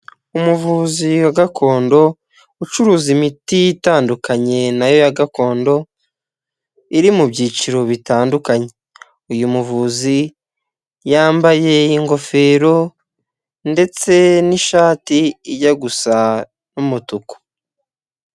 Umuvuzi wa gakondo, ucuruza imiti itandukanye na yo ya gakondo iri mu byiciro bitandukanye, uyu muvuzi yambaye ingofero ndetse n'ishati ijya gusa n'umutuku.